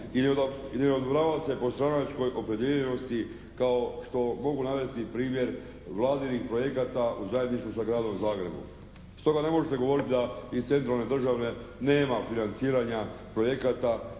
i ne odobrava se po stranačkoj opredijeljenosti kao što mogu navesti i primjer vladinih projekata u zajedništvu sa gradom Zagrebom. Stoga ne možete govoriti da iz centralne države nema financiranja projekata